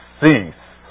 cease